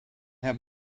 have